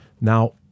now